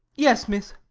yes, miss.